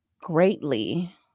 greatly